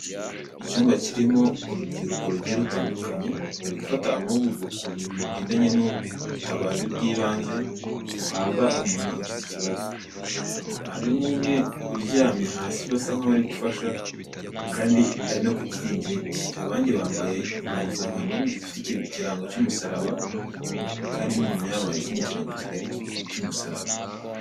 Icyumba kirimo urubyiruko rugiye rutandukanye bari gufata amahugurwa ku bintu bigendanye n'ubutabazi bw'ibanze buhabwa umuntu ugize ikibazo, harimo umwe uryamye hasi basa nkaho abari gufasha ari no ku kiringiti abandi bambaye impuzankano zifite ikirango cy'umusaraba kandi inyuma yabo hari ikindi kirango kigari cy'umusaraba.